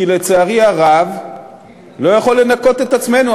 כי לצערי הרב אני לא יכול לנקות את עצמנו,